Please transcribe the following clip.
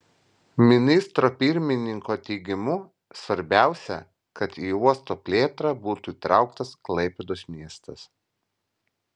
ministro pirmininko teigimu svarbiausia kad į uosto plėtrą būtų įtrauktas klaipėdos miestas